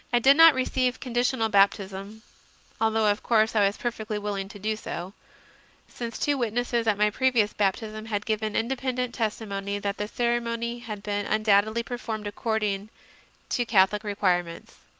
i did not receive condi tional baptism although of course i was perfectly willing to do so since two witnesses at my previous baptism had given independent testimony that the ceremony had been undoubtedly performed accord ing to catholic requirements.